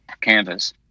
canvas